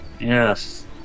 Yes